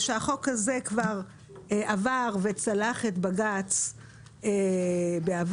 החוק הזה כבר עבר וצלח את בג"צ בעבר,